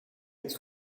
niet